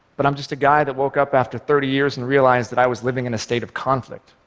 but i'm just a guy that woke up after thirty years and realized that i was living in a state of conflict,